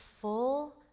full